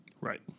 Right